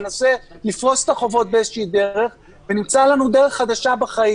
ננסה לפרוס את החובות באיזו שהיא דרך ונמצא לנו דרך חדשה בחיים.